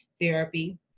therapy